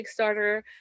Kickstarter